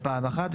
זה פעם אחת.